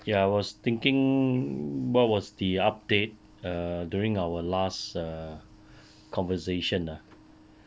ya I was thinking what was the update err during our last err conversation ah